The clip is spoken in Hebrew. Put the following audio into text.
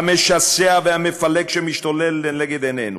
המשסע והמפלג שמשתולל לנגד עינינו.